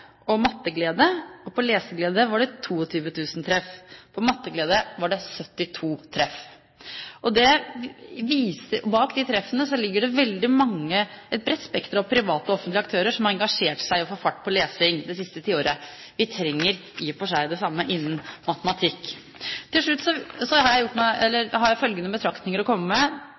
og for «matteglede» var det 72 treff. Bak de treffene ligger det et bredt spekter av private og offentlige aktører som har engasjert seg i å få fart på lesingen det siste tiåret. Vi trenger i og for seg det samme innen matematikk. Til slutt har jeg følgende betraktninger å komme med: Forslagene nr. 1 og 2 mener jeg det er såpass stor enighet om at jeg